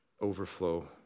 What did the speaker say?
overflow